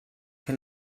che